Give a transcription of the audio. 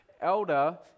Elder